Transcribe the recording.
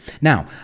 Now